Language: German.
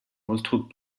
ausdruck